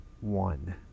One